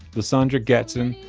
lesandra gatson,